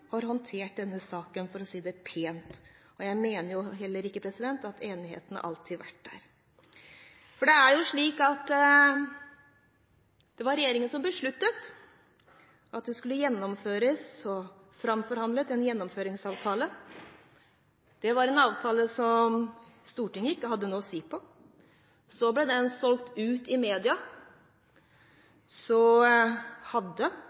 har håndtert denne saken, for å si det pent. Jeg mener heller ikke at enigheten alltid har vært der. Det var regjeringen som besluttet at det skulle gjennomføres, og som framforhandlet en gjennomføringsavtale. Det var en avtale som Stortinget ikke hadde noe å si på. Så ble den solgt ut i media, og de rød-grønne hadde